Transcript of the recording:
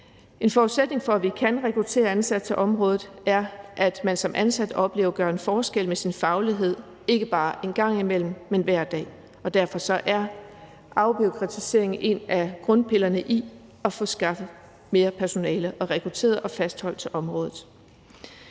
En forudsætning for, at vi kan rekruttere ansatte til området, er, at man som ansat oplever at gøre en forskel med sin faglighed ikke bare en gang imellem, men hver dag, og derfor er afbureaukratisering en af grundpillerne i at få skaffet mere personale og rekruttere og fastholde det til området.